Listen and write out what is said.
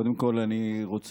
קודם כול אני רוצה,